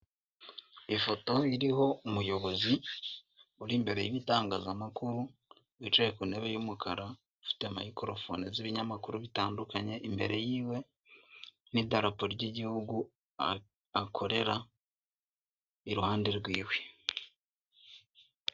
Ifoto iriho umuyobozi uri imbere y'itangazamakuru, wicaye ku ntebe y'umukara, ufite mayikorokone z'ibinyamakuru bitandukanye, imbere yiwe n'idarapo ry'igihugu akorera iruhande rwiwe.